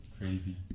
Crazy